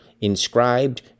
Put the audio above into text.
inscribed